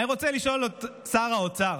אני רוצה לשאול את שר האוצר: